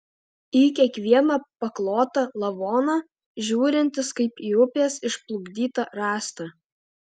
į kiekvieną paklotą lavoną žiūrintis kaip į upės išplukdytą rąstą